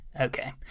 Okay